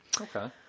Okay